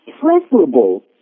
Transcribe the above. preferable